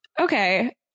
Okay